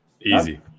Easy